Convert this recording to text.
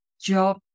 job